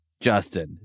Justin